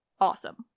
awesome